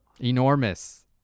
enormous